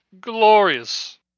Glorious